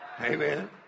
amen